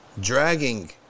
dragging